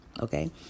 okay